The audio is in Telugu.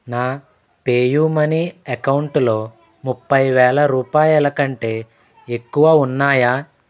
నా పే యూ మనీ యకౌంటులో ముప్పై వేల రూపాయల కంటే ఎక్కువ ఉన్నాయా